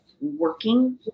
working